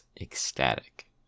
ecstatic